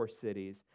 cities